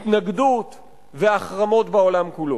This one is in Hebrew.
התנגדות והחרמות בעולם כולו.